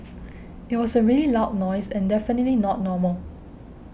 it was a really loud noise and definitely not normal